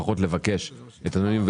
או לפחות לבקש את הנתונים,